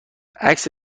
عکس